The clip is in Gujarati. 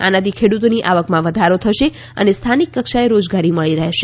આનાથી ખેડુતોની આવકમાં વધારો થશે અને સ્થાનિક કક્ષાએ રોજગારી મળી રહેશે